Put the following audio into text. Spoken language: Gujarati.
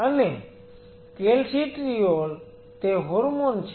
અને કેલ્સીટ્રિઓલ તે હોર્મોન છે